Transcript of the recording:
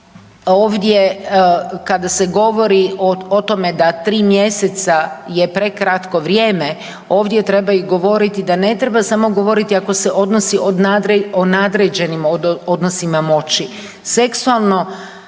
ovdje kada se govori o tome da 3 mjeseca je prekratko vrijeme, ovdje treba i govoriti da ne treba samo govoriti ako se odnosi, o nadređenim odnosima moći,